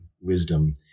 wisdom